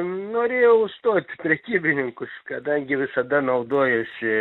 norėjau užstot prekybininkus kadangi visada naudojuosi